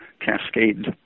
cascade